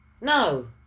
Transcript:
No